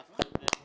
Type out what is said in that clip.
עדיף שזה יישאר